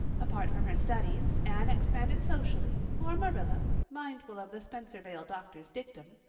apart from her studies anne expanded socially, for marilla, mindful of the spencervale doctor's dictum,